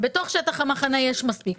שבתוך שטח המחנה יש מספיק.